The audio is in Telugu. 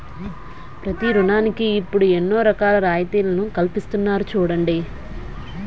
ప్రతి ఋణానికి ఇప్పుడు ఎన్నో రకాల రాయితీలను కల్పిస్తున్నారు చూడండి